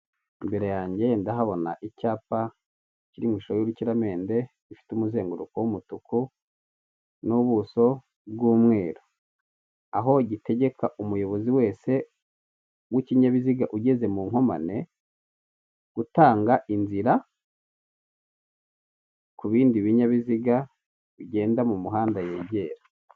Imbere yanjye ndahabona icyapa kiri mushusho y'urukiramende, gifite umuzenguruko w'umutuku n'ubuso bw'umweru, aho gitegeka umuyobozi wese w'ikinyabiziga ugeze mu nkomane gutanga inzira ku bindi binyabiziga bigenda mu muhanda yegera.